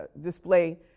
display